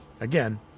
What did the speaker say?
again